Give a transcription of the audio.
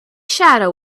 shadow